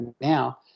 now